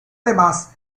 demás